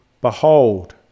Behold